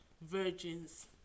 virgins